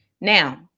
Now